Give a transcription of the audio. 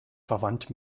verwandt